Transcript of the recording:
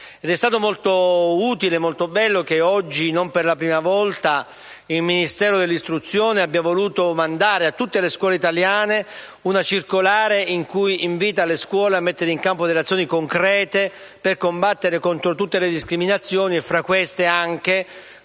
Ed è stato molto utile e bello che oggi, non per la prima volta, il Ministero dell'istruzione abbia voluto inviare a tutte le scuole italiane una circolare in cui invita le scuole a mettere in campo delle azioni concrete per combattere tutte le discriminazioni e, fra queste, anche